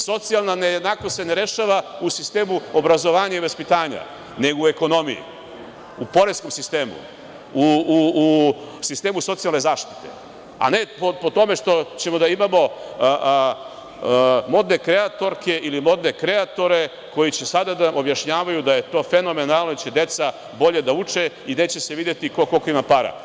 Socijalna nejednakost se ne rešava u sistemu obrazovanja i vaspitanja, nego u ekonomiji, u poreskom sistemu, u sistemu socijalne zaštite, a ne po tome što ćemo da imamo modne kreatorke ili modne kreatore koji će sada da objašnjavaju da je to fenomenalno, da će deca bolje da uče i neće se videti koliko ko ima para.